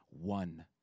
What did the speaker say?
one